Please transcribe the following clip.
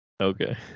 Okay